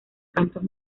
cantos